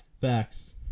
Facts